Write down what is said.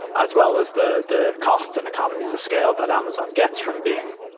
as well as the the costs and economies of scale that amazon gets from being,